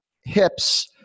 hips